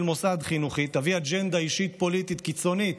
מוסד חינוכי תביא אג'נדה אישית פוליטית קיצונית,